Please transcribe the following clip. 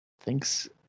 Thanks